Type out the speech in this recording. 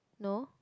no